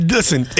Listen